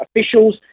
officials